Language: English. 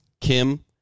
Kim